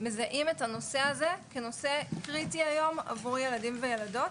מזהים את הנושא הזה כנושא קריטי היום עבור ילדים וילדות.